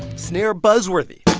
snare buzzworthy.